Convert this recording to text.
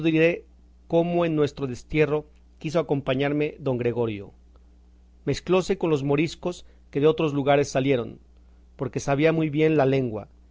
cómo en nuestro destierro quiso acompañarme don gregorio mezclóse con los moriscos que de otros lugares salieron porque sabía muy bien la lengua